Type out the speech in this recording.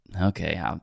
okay